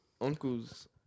uncle's